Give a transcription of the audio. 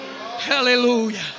Hallelujah